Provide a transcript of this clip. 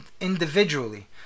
individually